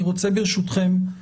אני רוצה, ברשותכם, חבריי,